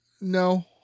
No